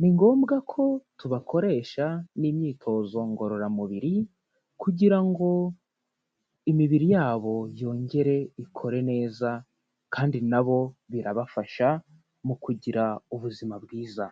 ni ngombwa ko tubakoresha n'imyitozo ngororamubiri kugira ngo imibiri yabo yongere ikore neza kandi na bo birabafasha mu kugira ubuzima bwiza.